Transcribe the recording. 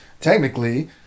technically